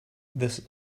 this